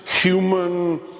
human